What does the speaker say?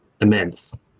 immense